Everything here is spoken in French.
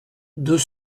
deux